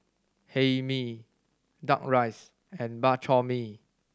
Hae Mee Duck Rice and Bak Chor Mee